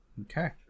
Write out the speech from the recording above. Okay